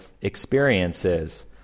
experiences